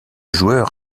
joueur